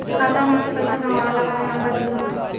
खाता मे से पईसा मँगवावे ला कौन नंबर देवे के पड़ी?